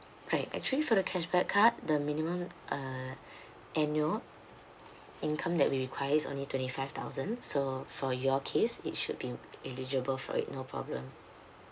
right actually for the cashback card the minimum uh annual income that we requires only twenty five thousand so for your case it should be eligible for it no problem